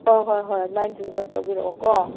ꯍꯣꯏ ꯍꯣꯏ ꯍꯣꯏ ꯑꯗꯨꯃꯥꯏꯅ ꯗꯦꯂꯤꯚꯔ ꯇꯧꯕꯤꯔꯛꯑꯣꯀꯣ